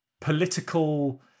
political